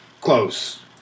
close